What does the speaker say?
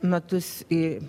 metus į